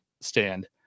stand